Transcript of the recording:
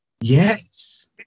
Yes